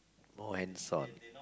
more hands on